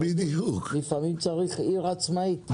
לפעמים צריך עיר עצמאית.